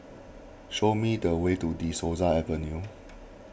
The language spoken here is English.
show me the way to De Souza Avenue